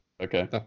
Okay